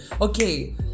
okay